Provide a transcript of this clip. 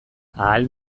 ahal